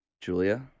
julia